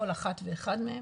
כל אחת ואחד מהם.